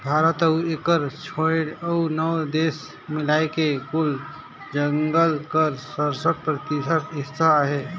भारत अउ एकर छोंएड़ अउ नव देस मिलाए के कुल जंगल कर सरसठ परतिसत हिस्सा अहे